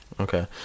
Okay